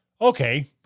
Okay